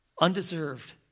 Undeserved